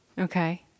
Okay